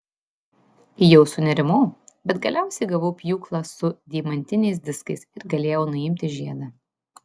jau sunerimau bet galiausiai gavau pjūklą su deimantiniais diskais ir galėjau nuimti žiedą